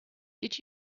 did